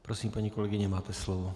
Prosím, paní kolegyně, máte slovo.